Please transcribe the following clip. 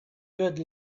good